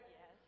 Yes